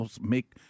make